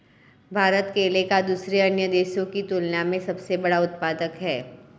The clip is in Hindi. भारत केले का दूसरे अन्य देशों की तुलना में सबसे बड़ा उत्पादक है